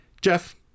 Jeff